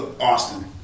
Austin